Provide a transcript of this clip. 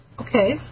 Okay